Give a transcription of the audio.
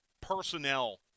personnel